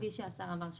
כפי שהשר אמר,